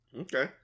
Okay